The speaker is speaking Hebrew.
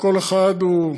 כל אחד הוא,